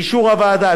באישור הוועדה,